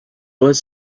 was